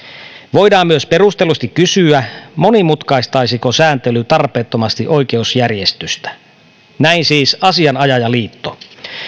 voidaan myös perustellusti kysyä monimutkaistaisiko sääntely tarpeettomasti oikeusjärjestystä näin siis asianajajaliitto